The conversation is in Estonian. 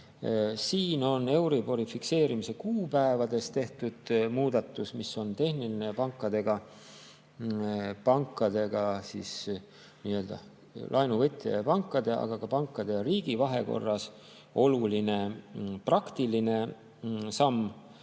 on ka Euribori fikseerimise kuupäevades tehtud muudatus, mis on tehniline ning nii-öelda laenuvõtja ja pankade, aga ka pankade ja riigi vahekorras oluline praktiline samm.